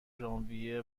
ژانویه